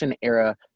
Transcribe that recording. era